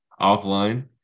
offline